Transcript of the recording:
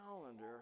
calendar